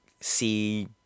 see